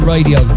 Radio